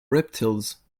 reptiles